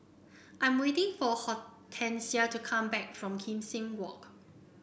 I'm waiting for Hortensia to come back from Kim Seng Walk